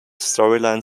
storyline